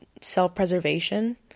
self-preservation